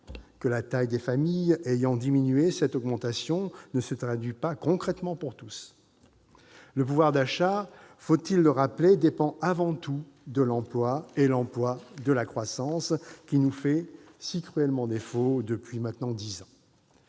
la taille des familles ayant diminué, cette augmentation ne se traduit pas concrètement pour tous. Le pouvoir d'achat- faut-il le rappeler ? -dépend avant tout de l'emploi et l'emploi de la croissance, qui nous fait si cruellement défaut depuis dix ans.